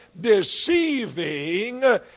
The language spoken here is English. deceiving